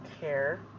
care